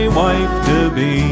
wife-to-be